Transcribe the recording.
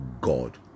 God